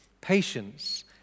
Patience